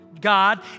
God